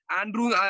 Andrew